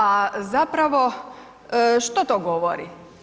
A zapravo što to govori?